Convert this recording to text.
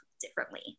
differently